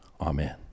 amen